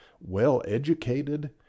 well-educated